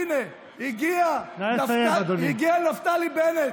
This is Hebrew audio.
הינה, הגיע נפתלי בנט,